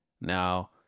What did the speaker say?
Now